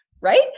Right